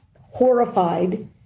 horrified